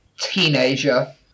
teenager